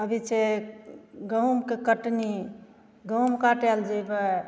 अभी छै गहुँमके कटनी गहुँम काटै लए जैबै